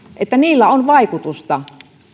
on vaikutusta